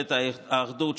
ממשלת האחדות,